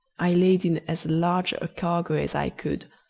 i laid in as large a cargo as i could,